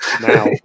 now